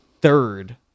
third